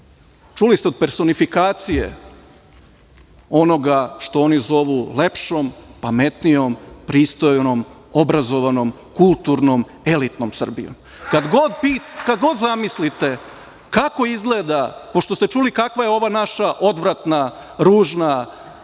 čuli ste od personifikacije onoga što oni zovu lepšom, pametnijom, pristojnom, obrazovanom, kulturnom, elitnom Srbijom. Kad god zamislite kako izgleda, pošto ste čuli kakva je ova naša odvratna, ružna,